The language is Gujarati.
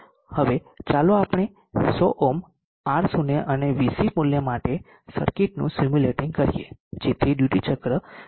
હવે ચાલો આપણે 100 ઓહ્મ R0 અને VC મૂલ્ય માટે સર્કિટનું સિમ્યુલેટીંગ કરીએ જેથી ડ્યુટી ચક્ર 0